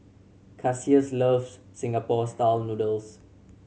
Cassius loves Singapore Style Noodles